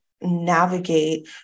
navigate